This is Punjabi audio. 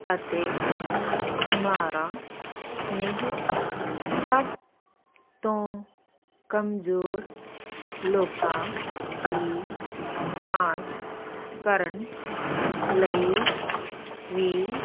ਅਤੇ ਬਿਮਾਰਾਂ ਸਮੇਤ ਸਭ ਤੋਂ ਕਮਜ਼ੋਰ ਲੋਕਾਂ ਦੀ ਜਾਂਚ ਕਰਨ ਲਈ ਵੀ